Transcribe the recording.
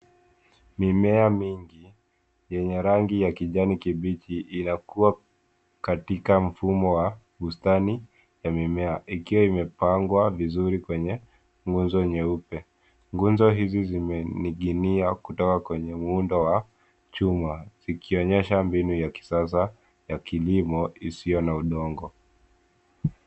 Mimea mingi yenye rangi ya kijani kibichi inakua katika mfumo wa bustani ya mimea ikiwa imepangwa vizuri kwenye nguzo nyeupe. Nguzo hizi zimening'inia kutoka kwenye muundo wa chuma zikionyesha mbinu ya kisasa ya kilimo isiyo na udongo.